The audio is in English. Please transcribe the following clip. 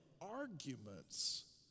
arguments